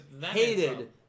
hated